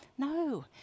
No